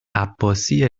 عباسی